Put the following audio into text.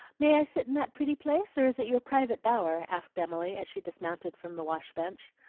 may i sit in that pretty place or is it your private bower? asked emily, as she dismounted from the wash-bench.